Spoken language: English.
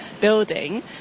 building